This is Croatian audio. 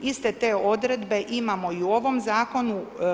Iste te odredbe imamo i u ovom zakonu.